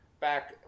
back